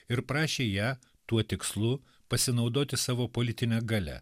ir prašė ją tuo tikslu pasinaudoti savo politine galia